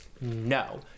No